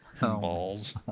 balls